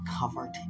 covered